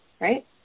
right